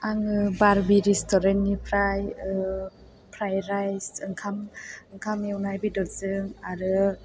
आं बारबि रेस्टुरेन्टनिफ्राय ओ फ्राइद राइस ओंखाम एवनाय बेदरजों आरो